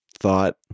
thought